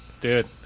Dude